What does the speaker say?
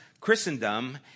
Christendom